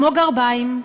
כמו גרביים.